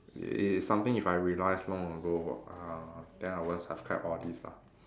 it is something if I realise long ago uh then I won't subscribed all these lah